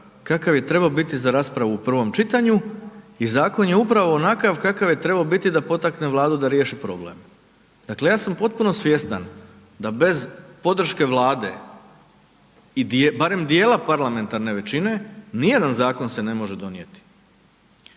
kakav je trebao biti za raspravu u prvom čitanju i zakon je upravo onakav kakav je trebao biti da potakne Vladu da riješi problem. Dakle ja sam potpuno svjestan da bez podrške Vlade i barem djela parlamentarne većine, nijedan zakon se ne može donijeti.